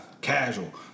Casual